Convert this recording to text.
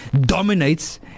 dominates